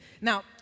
Now